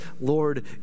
Lord